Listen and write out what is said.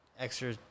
extra